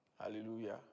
Hallelujah